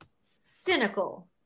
cynical